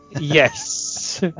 Yes